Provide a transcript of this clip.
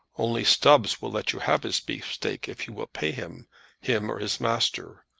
only, stubbs will let you have his beefsteak if you will pay him him or his master.